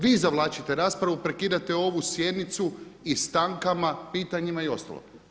Vi zavlačite raspravu, prekidate ovu sjednicu i stankama, pitanjima i ostalo.